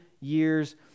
years